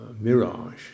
mirage